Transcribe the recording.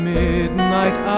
midnight